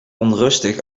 onrustig